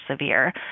severe